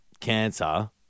cancer